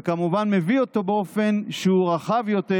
וכמובן מביא אותו באופן שהוא רחב יותר